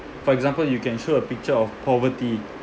for example you can show a picture of poverty